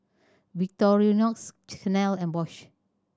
Victorinox Chanel and Bosch